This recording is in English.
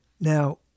Now